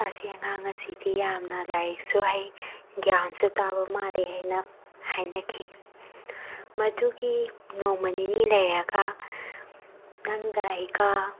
ꯑꯁꯤ ꯑꯉꯥꯡ ꯑꯁꯤꯗꯤ ꯌꯥꯝꯅ ꯂꯥꯏꯔꯤꯛꯁꯨ ꯍꯩ ꯒ꯭ꯌꯥꯟꯁꯨ ꯇꯥꯕ ꯃꯥꯜꯂꯤ ꯍꯥꯏꯅ ꯍꯥꯏꯅꯈꯤ ꯃꯗꯨꯒꯤ ꯅꯣꯡꯃ ꯅꯤꯅꯤ ꯂꯩꯔꯒ ꯅꯪꯒ ꯑꯩꯒ